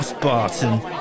Barton